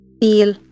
Feel